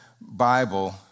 Bible